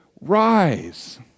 rise